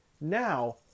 Now